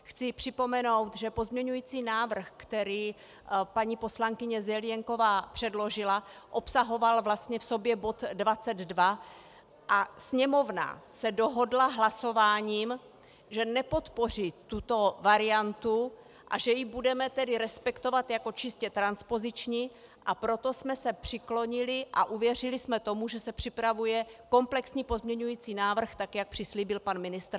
Chci připomenout, že pozměňující návrh, který paní poslankyně Zelienková předložila, obsahoval vlastně v sobě bod 22 a Sněmovna se dohodla hlasováním, že nepodpoří tuto variantu, a že ji budeme tedy respektovat jako čistě transpoziční, a proto jsme se přiklonili a uvěřili jsme tomu, že se připravuje komplexní pozměňující návrh, tak jak přislíbil pan ministr Herman.